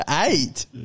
Eight